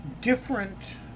different